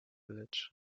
village